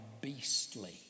beastly